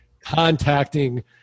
contacting